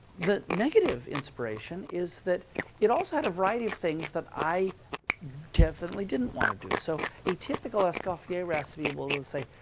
the negative inspiration is that it also had a variety of things that i definitely didn't want to do. so a typical escoffier recipe will say,